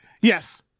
yes